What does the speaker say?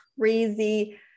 crazy-